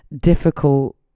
difficult